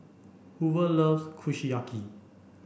Hoover loves Kushiyaki